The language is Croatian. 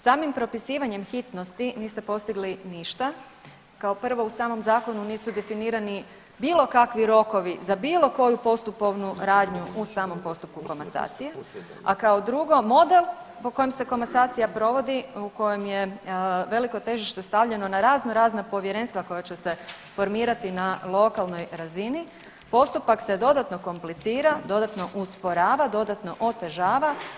Samim propisivanjem hitnosti niste postigli ništa, kao prvo u samom zakonu nisu definirani bilo kakvi rokovi za bilo koju postupovnu radnju u samom postupku komasacije, a kao drugo model po kojem se komasacija provodi u kojem je veliko težište stavljeno na raznorazna povjerenstva koja će se formirati na lokalnoj razini postupak se dodatno komplicira, dodatno usporava, dodatno otežava.